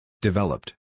Developed